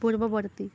ପୂର୍ବବର୍ତ୍ତୀ